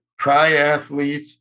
triathletes